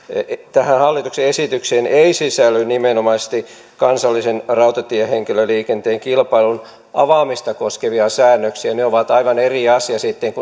tähän hallituksen esitykseen ei sisälly nimenomaisesti kansallisen rautatiehenkilöliikenteen kilpailun avaamista koskevia säännöksiä ne ovat aivan eri asia sitten